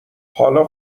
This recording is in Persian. حالا